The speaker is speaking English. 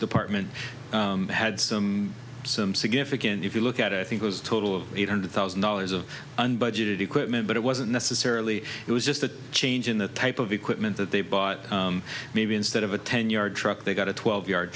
department had some some significant if you look at a i think it was a total of eight hundred thousand dollars of unbudgeted equipment but it wasn't necessarily it was just a change in the type of equipment that they but maybe instead of a ten yard truck they got a twelve yard